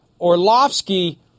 Orlovsky